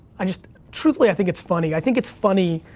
i just, truthfully, i think it's funny. i think it's funny,